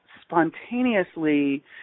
spontaneously –